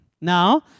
Now